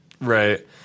Right